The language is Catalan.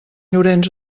llorenç